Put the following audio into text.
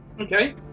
Okay